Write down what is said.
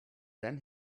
then